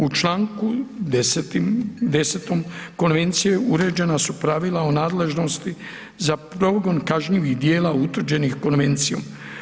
U članku 10. konvencije uređena su pravila o nadležnosti za progon kažnjivih djela utvrđenih konvencijom.